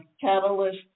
catalyst